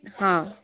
ହଁ